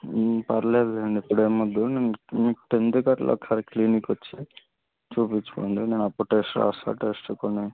పర్లేదులేండి ఇప్పుడేం వద్దు నేను మీకు టెన్త్కి అట్లా ఒకసారి క్లినిక్కొచ్చి చూపిచ్చుకోండి నేనప్పుడు టెస్ట్ రాస్తా టెస్ట్ కొన్ని